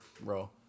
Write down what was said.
bro